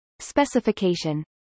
specification